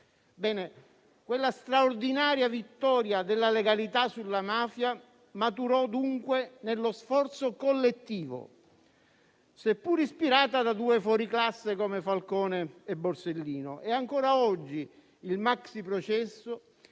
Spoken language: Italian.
Quella straordinaria vittoria della legalità sulla mafia maturò, dunque, nello sforzo collettivo, seppure ispirata da due fuoriclasse come Falcone e Borsellino. Ancora oggi, il maxiprocesso